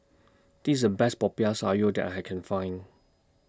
This IS The Best Popiah Sayur that I Can Find